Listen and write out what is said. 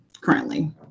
currently